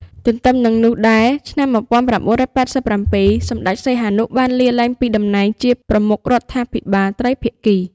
ទន្ទឹមនឹងនោះដែរឆ្នាំ ១៩៨៧ សម្តេច សីហនុ បានលាលែងពីដំណែងជាប្រមុខរដ្ឋាភិបាលត្រីភាគី។